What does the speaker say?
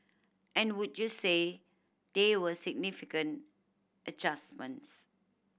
and would you say they were significant adjustments